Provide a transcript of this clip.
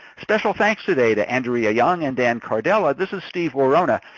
special thanks today to andrea young and dan cardella. this is steve worona.